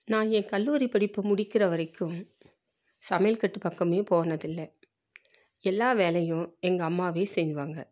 நான் என் கல்லூரி படிப்பு முடிக்கிற வரைக்கும் சமையல்கட்டு பக்கமே போனது இல்லை எல்லா வேலையும் எங்கள் அம்மாவே செய்வாங்க